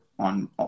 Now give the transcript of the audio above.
on